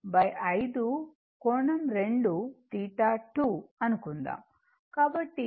కాబట్టి 25 0